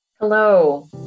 Hello